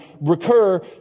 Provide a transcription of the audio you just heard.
recur